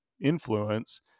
influence